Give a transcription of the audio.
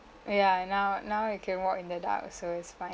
ya now now I can walk in the dark also it's fine